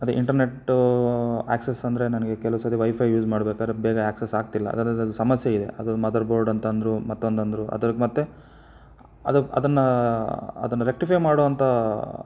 ಅದೆ ಇಂಟರ್ನೆಟ್ಟೂ ಆ್ಯಕ್ಸೆಸ್ ಅಂದರೆ ನನಗೆ ಕೆಲವು ಸರ್ತಿ ವೈಫೈ ಯೂಸ್ ಮಾಡ್ಬೇಕಾದ್ರೆ ಬೇಗ ಆ್ಯಕ್ಸೆಸ್ ಆಗ್ತಿಲ್ಲ ಅದರದ್ದು ಸಮಸ್ಯೆ ಇದೆ ಅದ್ರ ಮದರ್ ಬೋರ್ಡ್ ಅಂತ ಅಂದರು ಮತ್ತೊಂದು ಅಂದರು ಅದ್ರಾಗೆ ಮತ್ತೆ ಅದು ಅದನ್ನ ಅದನ್ನು ರೆಕ್ಟಿಫೈ ಮಾಡುವಂಥ